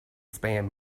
span